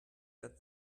that